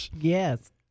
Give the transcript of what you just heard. Yes